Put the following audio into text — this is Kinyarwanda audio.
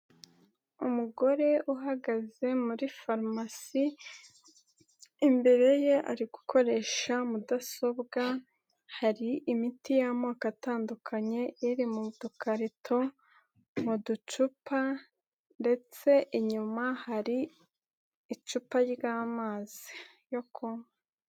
Umugore uhagaze muri farumasi, imbere ye ari gukoresha mudasobwa, hari imiti y'amoko atandukanye, iri mu dukarito, mu ducupa ndetse inyuma hari icupa ry'amazi yo kunywa.